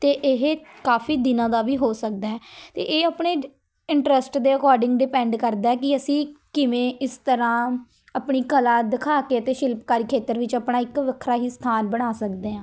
ਅਤੇ ਇਹ ਕਾਫੀ ਦਿਨਾਂ ਦਾ ਵੀ ਹੋ ਸਕਦਾ ਹੈ ਅਤੇ ਇਹ ਆਪਣੇ ਇੰਟਰਸਟ ਦੇ ਅਕੋਰਡਿੰਗ ਡਿਪੈਂਡ ਕਰਦਾ ਹੈ ਕਿ ਅਸੀਂ ਕਿਵੇਂ ਇਸ ਤਰ੍ਹਾਂ ਆਪਣੀ ਕਲਾ ਦਿਖਾ ਕੇ ਅਤੇ ਸ਼ਿਲਪਕਾਰੀ ਖੇਤਰ ਵਿੱਚ ਆਪਣਾ ਇੱਕ ਵੱਖਰਾ ਹੀ ਸਥਾਨ ਬਣਾ ਸਕਦੇ ਹਾਂ